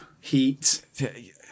heat